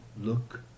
look